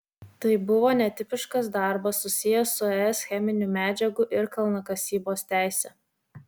tai buvo netipiškas darbas susijęs su es cheminių medžiagų ir kalnakasybos teise